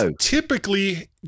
typically